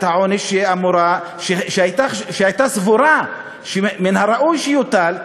העונש שהיא אמורה שהייתה סבורה שמן הראוי שיוטל,